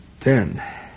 Ten